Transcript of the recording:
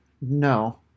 No